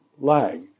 lag